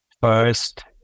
first